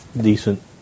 decent